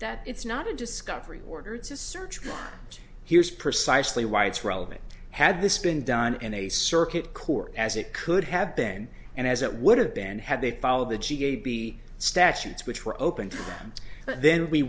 that it's not a discovery order to search it here's precisely why it's relevant had this been done in a circuit court as it could have been and as it would have been had they followed the ga be statutes which were open to the